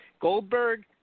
Goldberg